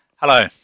Hello